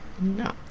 No